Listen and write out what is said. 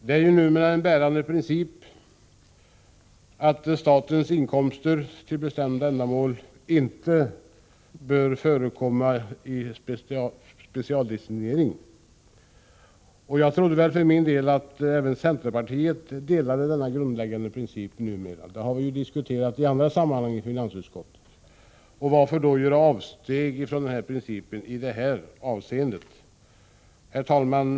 Det är ju numera en bärande princip att statens inkomster inte skall specialdestineras till bestämda ändamål. Jag trodde för min del att även centerpartiet delade denna grundläggande princip numera. Det har vi diskuterat i andra sammanhang i finansutskottet. Varför göra avsteg i detta avseende? Herr talman!